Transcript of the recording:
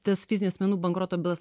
tas fizinių asmenų bankroto bylas